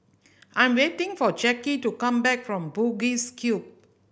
I am waiting for Jackie to come back from Bugis Cube